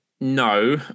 No